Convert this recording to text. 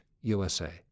USA